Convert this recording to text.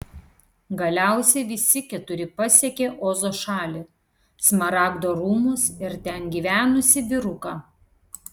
galiausiai visi keturi pasiekė ozo šalį smaragdo rūmus ir ten gyvenusį vyruką